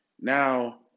now